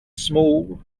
small